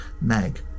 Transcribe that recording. Meg